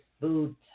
food